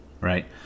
right